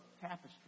tapestry